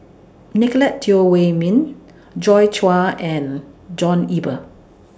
Nicolette Teo Wei Min Joi Chua and John Eber